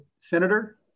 Senator